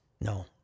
no